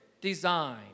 design